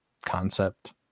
concept